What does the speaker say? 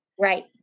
Right